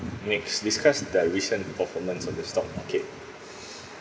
next discuss the recent performance on the stock market